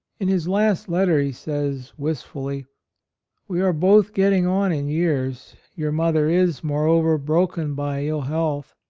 in his last letter he says, wistfully we are both getting on in years your mother is, moreover, broken by ill health.